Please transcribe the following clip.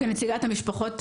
כנציגת המשפחות,